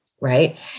right